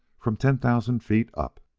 from ten thousand feet up!